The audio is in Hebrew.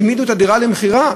העמידו את הדירה למכירה.